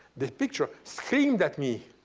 this picture screamed at me.